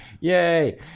Yay